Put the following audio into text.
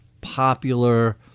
popular